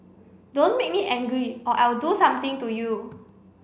don't make me angry or I will do something to you